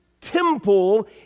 temple